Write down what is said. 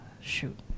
Shoot